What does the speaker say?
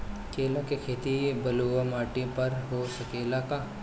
केला के खेती बलुआ माटी पर हो सकेला का?